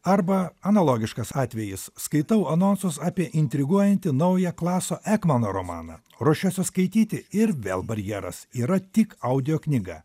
arba analogiškas atvejis skaitau anonsus apie intriguojantį naują klaso ekmano mano romaną ruošiuosi skaityti ir vėl barjeras yra tik audio knyga